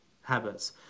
habits